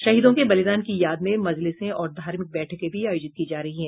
शहीदों के बलिदान की याद में मजलिसें और धार्मिक बैठकें भी आयोजित की जा रही हैं